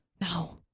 No